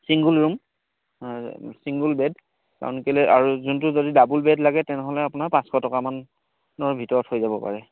single room single bed কাৰণ কেলৈ আৰু যোনটো যদি ডাবুল বেড লাগে তেনেহ'লে আপোনাৰ পাঁচশ টকামানৰ ভিতৰত হৈ যাব পাৰে